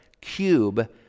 cube